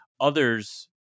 Others